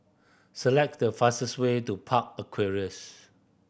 select the fastest way to Park Aquarias